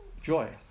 joy